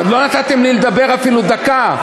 לא נתתם לי לדבר אפילו דקה.